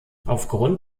aufgrund